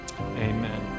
amen